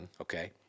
Okay